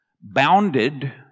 bounded